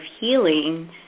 healing